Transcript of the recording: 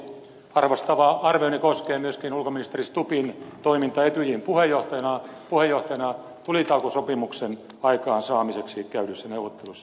arvostava arvioni koskee myös ulkoministeri stubbin toimintaa etyjin puheenjohtajana tulitaukosopimuksen aikaansaamiseksi käydyissä neuvotteluissa